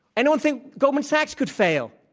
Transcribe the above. anyone think goldman sachs could fail.